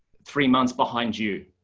three months behind you.